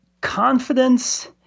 Confidence